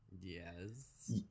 Yes